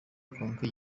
konka